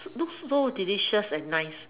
looks so delicious and nice